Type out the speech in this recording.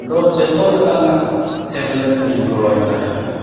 ᱫᱚ ᱡᱷᱚᱛᱚ ᱞᱮᱠᱟᱱᱟᱜ ᱥᱮᱢᱞᱮᱫ ᱨᱮ ᱜᱚᱲᱚᱧ ᱛᱟᱦᱮᱱ ᱠᱟᱱᱟ